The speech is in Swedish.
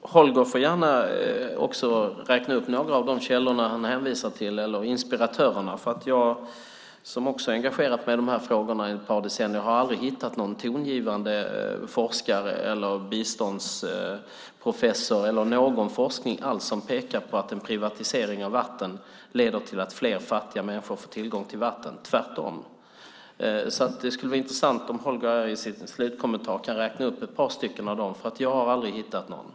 Fru talman! Holger Gustafsson får gärna räkna upp några av de källor eller inspiratörer som han hänvisar till. Jag som också har engagerat mig i dessa frågor i ett par decennier har aldrig hittat någon tongivande forskare, någon biståndsprofessor eller någon forskning alls som pekar på att en privatisering av vatten leder till att fler fattiga människor får tillgång till vatten, tvärtom. Det skulle därför vara intressant om Holger Gustafsson i sin slutkommentar kan räkna upp ett par av dem eftersom jag aldrig har hittat någon.